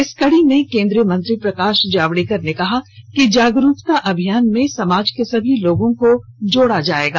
इस कड़ी में कोन्द्रीय मंत्री प्रकाश जावड़ेकर ने कहा कि जागरूकता अभियान में समाज के सभी लोगों को जोड़ा जाएगा